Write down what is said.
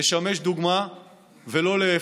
נשמש דוגמה לעיתונאים,